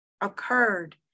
occurred